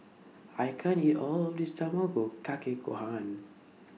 I can't eat All of This Tamago Kake Gohan